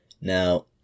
Now